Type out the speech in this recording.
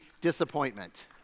disappointment